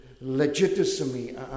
legitimacy